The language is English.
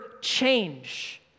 change